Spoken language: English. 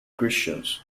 christians